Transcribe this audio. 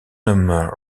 nomment